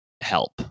help